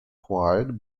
acquired